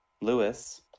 Lewis